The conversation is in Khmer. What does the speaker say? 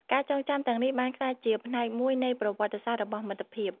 ការចងចាំទាំងនេះបានក្លាយជាផ្នែកមួយនៃប្រវត្តិសាស្ត្ររបស់មិត្តភាព។